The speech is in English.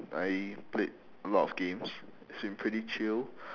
I played a lot of games it's been pretty chill